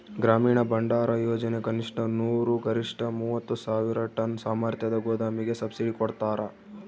ಗ್ರಾಮೀಣ ಭಂಡಾರಯೋಜನೆ ಕನಿಷ್ಠ ನೂರು ಗರಿಷ್ಠ ಮೂವತ್ತು ಸಾವಿರ ಟನ್ ಸಾಮರ್ಥ್ಯದ ಗೋದಾಮಿಗೆ ಸಬ್ಸಿಡಿ ಕೊಡ್ತಾರ